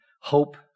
hope